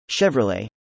Chevrolet